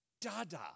Dada